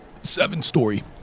seven-story